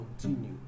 continue